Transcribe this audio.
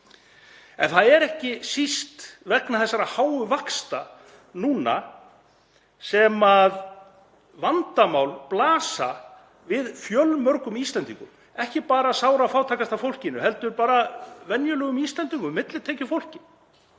En það er ekki síst vegna þessara háu vaxta núna sem vandamál blasa við fjölmörgum Íslendingum, ekki bara sárafátækasta fólkinu heldur líka venjulegum Íslendingum, millitekjufólki.